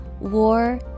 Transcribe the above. war